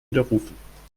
widerrufen